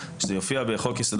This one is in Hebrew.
שיהיה 3ב(2),